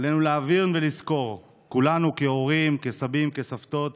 עלינו להבין ולזכור כולנו, כהורים, כסבים, כסבתות,